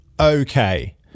okay